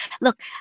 look